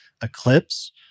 eclipse